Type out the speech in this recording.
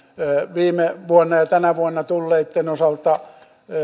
viime vuonna ja tänä vuonna tulleitten osalta